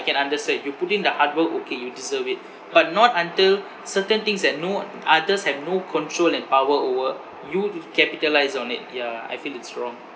can understand you put in the hard work okay you deserve it but not until certain things that no others have no control and power over you capitalise on it yeah I feel it's wrong